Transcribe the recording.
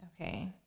Okay